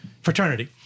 fraternity